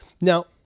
now